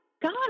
God